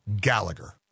Gallagher